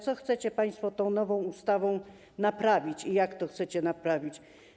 Co chcecie państwo nową ustawą naprawić i jak to chcecie naprawić?